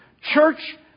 church